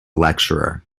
lecturer